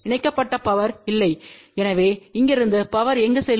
இணைக்கப்பட்ட பவர் இல்லை எனவே இங்கிருந்து பவர் எங்கு செல்லும்